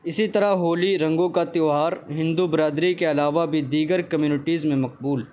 اسی طرح ہولی رنگوں کا تہوار ہندو برادری کے علاوہ بھی دیگر کمیونٹیز میں مقبول